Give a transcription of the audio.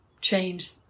change